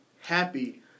happy